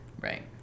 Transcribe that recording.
right